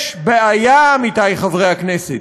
יש בעיה, עמיתי חברי הכנסת.